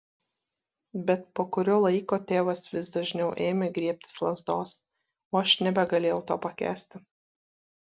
bet po kurio laiko tėvas vis dažniau ėmė griebtis lazdos o aš nebegalėjau to pakęsti